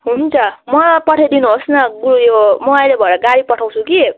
हुन्छ मलाई पठाइदिनुहोस् न उयो म अहिले भरे गाडी पठाउँछु कि